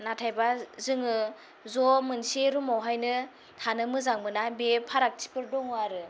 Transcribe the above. नाथायबा जोङो ज' मोनसे रुमावहायनो थानो मोजां मोना बे फारागथिफोर दङ आरो